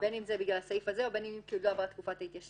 בין אם זה בגלל הסעיף הזה ובין אם תלויה בה תקופת ההתיישנות